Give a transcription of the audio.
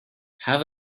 have